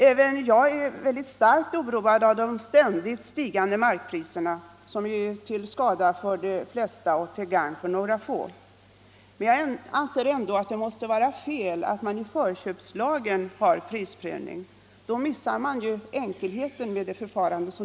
Även jag är väldigt starkt oroad av de ständigt stigande markpriserna som är till skada för de flesta och till gagn för några få. Men jag anser ändå att det måste vara fel att man i förköpslagen inför en prisprövning. Då missar man enkelheten med hela förfarandet.